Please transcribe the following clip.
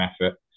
effort